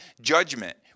judgment